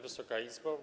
Wysoka Izbo!